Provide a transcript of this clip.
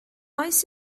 oes